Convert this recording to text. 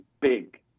big